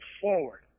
forward